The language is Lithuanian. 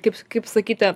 kaip kaip sakyti